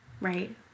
right